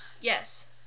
Yes